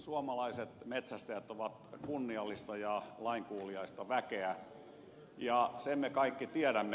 suomalaiset metsästäjät ovat kunniallista ja lainkuuliaista väkeä sen me kaikki tiedämme